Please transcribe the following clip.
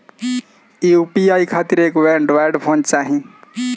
UPI खातिर एगो Android phone चाही